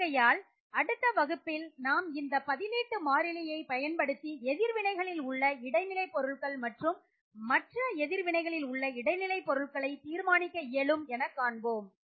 ஆகையால் அடுத்த வகுப்பில் நாம் இந்த பதிலீட்டு மாறிலியை பயன்படுத்தி எதிர்வினைகளில் உள்ள இடைநிலைப் பொருட்கள் மற்றும் மற்ற எதிர்வினைகளில் உள்ள இடைநிலை பொருள்களை தீர்மானிக்க இயலும் என காண்போம்